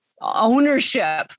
ownership